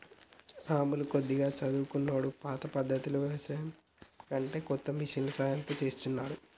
రాములు కొద్దిగా చదువుకున్నోడు పాత పద్దతిలో వ్యవసాయం కంటే కొత్తగా మిషన్ల సాయం తో చెస్తాండు